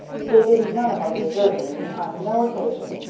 dey didn't none of em desert me on no occasion.